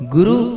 Guru